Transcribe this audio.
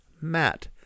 Matt